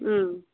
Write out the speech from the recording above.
ꯎꯝ